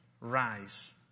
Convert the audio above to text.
rise